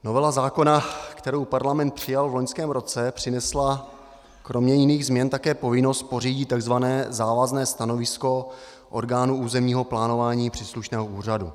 Novela zákona, kterou Parlament přijal v loňském roce, přinesla kromě jiných změn také povinnost pořídit tzv. závazné stanovisko orgánů územního plánování příslušného úřadu.